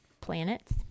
planets